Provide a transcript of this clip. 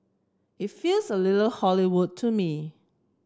it feels a little Hollywood to me